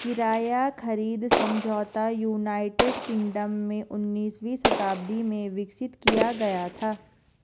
किराया खरीद समझौता यूनाइटेड किंगडम में उन्नीसवीं शताब्दी में विकसित किया गया था